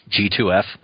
G2F